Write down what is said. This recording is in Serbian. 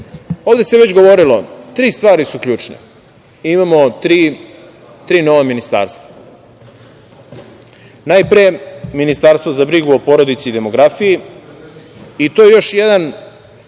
ovde se već govorilo, tri stvari su ključne. Imamo tri nova ministarstva. Najpre, Ministarstvo za brigu o porodici i demografiji i to je još jedan